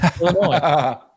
Illinois